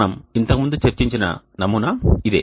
మనము ఇంతకు ముందు చర్చించిన నమూనా ఇదే